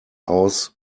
aus